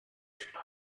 two